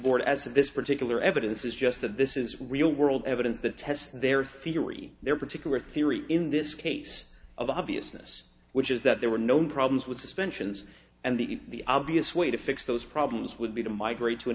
board as to this particular evidence is just that this is real world evidence the test their theory their particular theory in this case of obviousness which is that there were known problems with suspensions and the obvious way to fix those problems would be to migrate to an